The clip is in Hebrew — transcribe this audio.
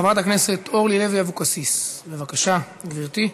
חברת הכנסת אורלי לוי אבקסיס, בבקשה, גברתי.